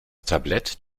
tablet